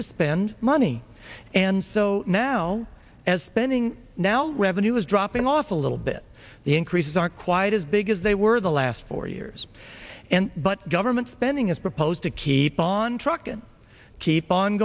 to spend money and so now as pending now revenue is dropping off a little bit the increases aren't quite as big as they were the last four years and but government spending is proposed to keep on truckin keep on